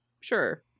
sure